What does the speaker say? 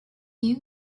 you